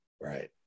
Right